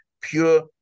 pure